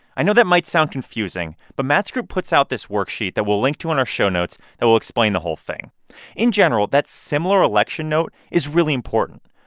i know that might sound confusing, but matt's group puts out this worksheet that we'll link to in our show notes that will explain the whole thing in general, that similar election note is really important.